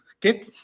kid